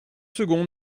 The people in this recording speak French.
secondes